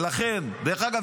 דרך אגב,